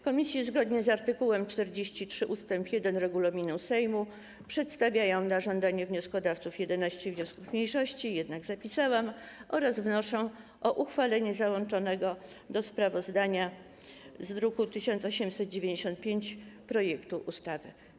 Komisje zgodnie z art. 43 ust. 1 regulaminu Sejmu przedstawiają na żądnie wnioskodawców 11 wniosków mniejszości - jednak zapisałam - oraz wnoszą o uchwalenie załączonego do sprawozdania z druku nr 1895 projektu ustawy.